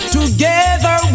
Together